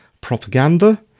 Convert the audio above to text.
propaganda